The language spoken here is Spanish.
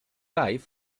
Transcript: live